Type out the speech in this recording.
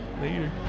later